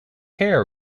care